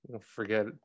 forget